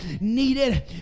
needed